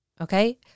okay